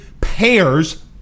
pairs